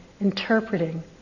interpreting